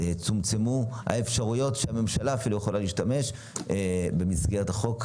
צומצמו האפשרויות שהממשלה יכולה להשתמש בהן במסגרת החוק.